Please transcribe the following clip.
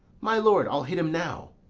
my lord, i'll hit him now.